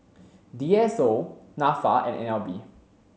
D S O NAFA and N L B